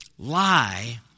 lie